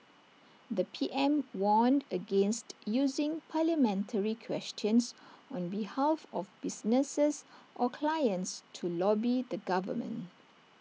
the P M warned against using parliamentary questions on behalf of businesses or clients to lobby the government